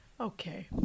Okay